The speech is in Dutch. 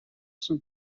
stond